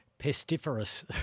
pestiferous